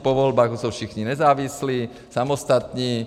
Po volbách už jsou všichni nezávislí, samostatní.